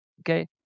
Okay